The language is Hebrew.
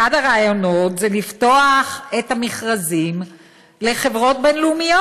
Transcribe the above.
אחד הרעיונות הוא לפתוח את המכרזים לחברות בין-לאומיות.